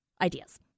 ideas